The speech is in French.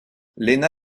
lena